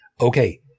Okay